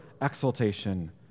exaltation